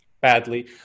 badly